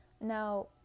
now